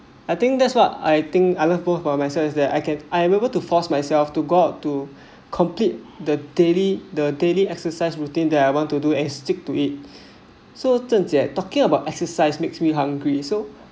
I think that's what I think I love both for myself that I can I remember to force myself to go to complete the daily the daily exercise routine that I want to do and stick to it so zhen jie talking about exercise makes me hungry so